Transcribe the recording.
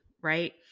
right